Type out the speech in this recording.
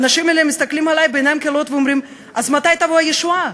האנשים האלה מסתכלים עלי בעיניים כלות ואומרים: אז מתי תבוא הישועה?